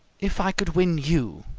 if i could win you